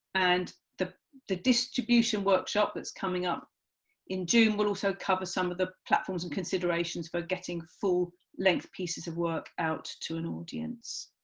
and the the distribution workshop that's coming up in june will also cover some of the platforms and considerations for getting full-length like pieces of work out to an audience.